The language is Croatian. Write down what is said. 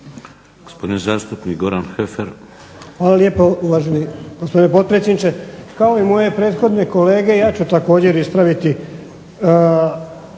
Heffer. **Heffer, Goran (SDP)** Hvala lijepo uvaženi gospodine potpredsjedniče. Kao i moje prethodne kolege, ja ću također ispraviti